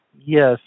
Yes